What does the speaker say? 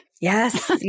Yes